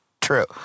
true